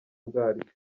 bwaryo